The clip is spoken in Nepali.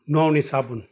नुहाउने साबुन